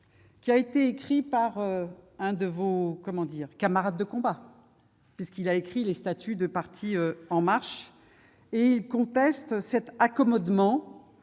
un livre, écrit par un de vos camarades de combat- puisqu'il a écrit les statuts du parti En Marche. L'auteur conteste cet accommodement